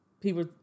People